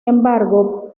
embargo